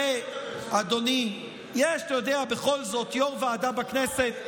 תראה, אדוני, אתה יודע, בכל זאת, יו"ר ועדה בכנסת.